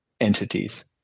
entities